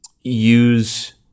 use